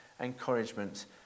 encouragement